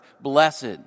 blessed